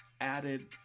added